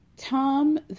Tom